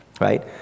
right